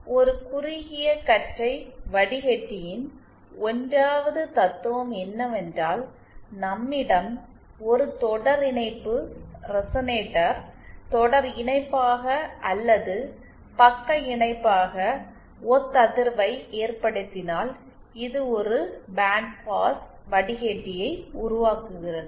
எனவே ஒரு குறுகிய கற்றை வடிகட்டியின் 1 வது தத்துவம் என்னவென்றால் நம்மிடம் ஒரு தொடர்இணைப்பு ரெசனேட்டர் தொடர் இணைப்பாக அல்லது பக்க இணைப்பாக ஒத்ததிர்வை ஏற்படுத்தினால் இது ஒரு பேண்ட் பாஸ் வடிகட்டியை உருவாக்குகிறது